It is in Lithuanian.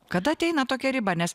kada ateina tokia riba nes